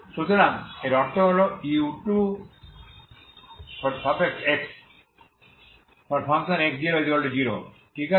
সুতরাং এর অর্থ হল u2xx00 ঠিক আছে